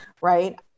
right